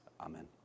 Amen